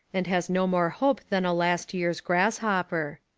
and has no more hope than a last year's grass-hopper.